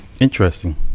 interesting